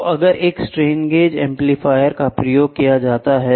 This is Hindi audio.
तो अगर एक स्ट्रेन गेज एम्पलीफायर का प्रयोग किया जाता है